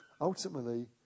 Ultimately